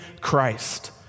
Christ